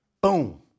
boom